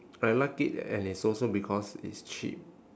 I like it and it's also because it's cheap